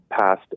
passed